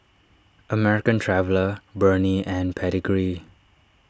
American Traveller Burnie and Pedigree